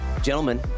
gentlemen